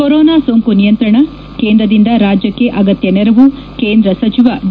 corona ಸೋಂಕು ನಿಯಂತ್ರಣ ಕೇಂದ್ರದಿಂದ ರಾಜ್ಯಕ್ಷೆ ಅಗತ್ಯ ನೆರವು ಕೇಂದ್ರ ಸಚಿವ ಡಿ